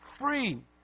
free